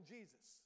Jesus